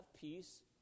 peace